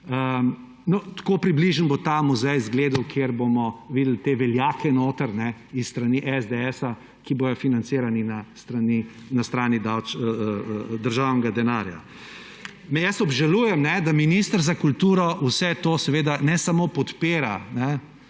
Tako približno bo ta muzej zgledal, kjer bomo videli te veljake s strani SDS, ki bodo financirani na strani državnega denarja. Obžalujem, da minister za kulturo vse to ne samo podpira,